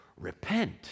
Repent